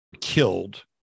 killed